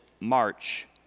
March